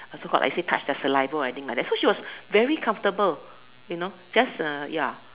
also got like say touch the saliva I think like that so she was very comfortable you know just ya